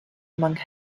among